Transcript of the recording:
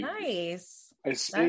nice